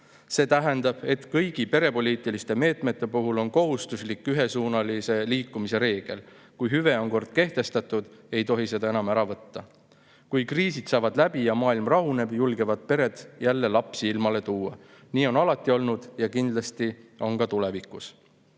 See tähendab, et kõigi perepoliitiliste meetmete puhul on kohustuslik ühesuunalise liikumise reegel – kui hüve on kord kehtestatud, ei tohi seda enam ära võtta. Kui kriisid saavad läbi ja maailm rahuneb, julgevad pered jälle lapsi ilmale tuua. Nii on alati olnud ja on kindlasti ka